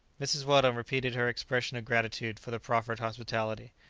mrs. weldon repeated her expression of gratitude for the proffered hospitality,